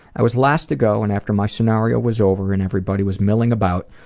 i was last to go and after my scenario was over and everybody was milling about,